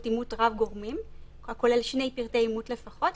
אימות רב גורמים הכולל שני פרטי אימות לפחות,